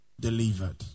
delivered